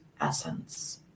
essence